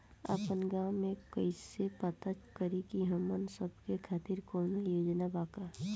आपन गाँव म कइसे पता करि की हमन सब के खातिर कौनो योजना बा का?